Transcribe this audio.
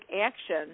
action